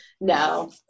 No